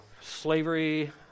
slavery